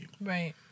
Right